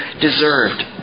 deserved